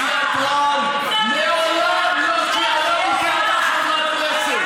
סיעת רע"ם, מעולם לא, חברת כנסת.